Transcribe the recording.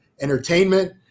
entertainment